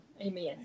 Amen